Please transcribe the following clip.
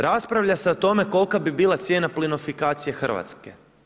Raspravlja se o tome kolika bi bila cijena plinofikacije Hrvatske.